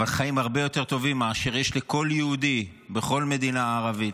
חיים הרבה יותר טובים ממה שיש לכל יהודי בכל מדינה ערבית.